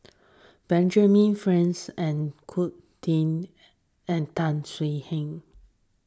Benjamin Franks and Zulkifli and Tan Swie Hian